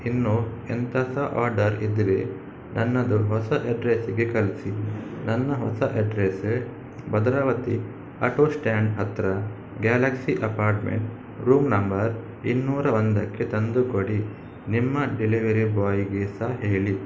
ಇನ್ನು ಎಂಥ ಸಹ ಆರ್ಡರ್ ಇದ್ದರೆ ನನ್ನದು ಹೊಸ ಅಡ್ರೆಸ್ಸಿಗೆ ಕಳಿಸಿ ನನ್ನ ಹೊಸ ಅಡ್ರೆಸ ಭದ್ರಾವತಿ ಆಟೋ ಸ್ಟ್ಯಾಂಡ್ ಹತ್ತಿರ ಗ್ಯಾಲಕ್ಸಿ ಅಪಾರ್ಟ್ಮೆಂಟ್ ರೂಮ್ ನಂಬರ್ ಇನ್ನೂರ ಒಂದಕ್ಕೆ ತಂದು ಕೊಡಿ ನಿಮ್ಮ ಡೆಲಿವರಿ ಬಾಯ್ಗೆ ಸಹ ಹೇಳಿ